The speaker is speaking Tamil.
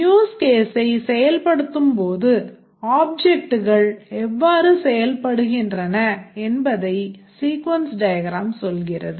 use caseஐச் செயல்படுத்தும்போது objectகள் எவ்வாறு செயல்படுகின்றன என்பதை sequence diagram சொல்கிறது